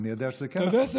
אני יודע שזה כן נכון.